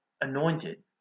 anointed